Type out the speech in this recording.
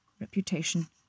reputation